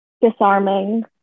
disarming